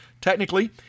Technically